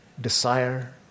desire